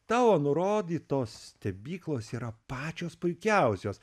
tavo nurodytos stebyklos yra pačios puikiausios